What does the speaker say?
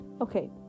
okay